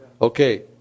Okay